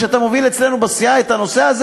אתה מוביל אצלנו בסיעה את הנושא הזה,